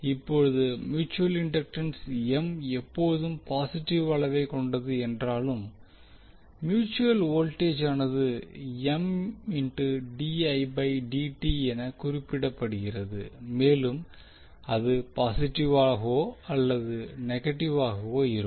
இப்போது mutual inductance M எப்போதும் positive அளவை கொண்டது என்றாலும் மியூட்சுவல் வோல்டேஜானது என குறிப்பிடப்படுகிறது மேலும் அது பாஸிட்டிவாகவோ அல்லது நெகட்டிவாகவோ இருக்கும்